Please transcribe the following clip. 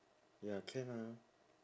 ya can ah